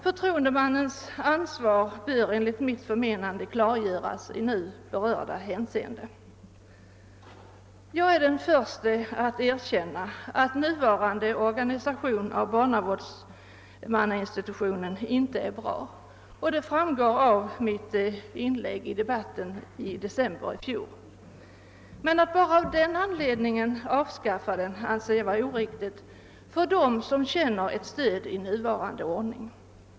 Förtroendemannens ansvar bör enligt mitt förmenande klargöras i nu berörda hänseende. Jag är den förste att erkänna att nuvarande organisation av barnavårdsmannainstitutionen inte är bra. Det framgår också av mitt inlägg i debatten i december i fjol. Men att enbart av den anledningen avskaffa institutionen anser jag vara oriktigt med tanke på alla dem som känner ett stöd i den nuvarande ordningen.